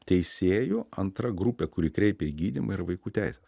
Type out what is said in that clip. teisėjų antra grupė kuri kreipia į gydymą ir vaikų teises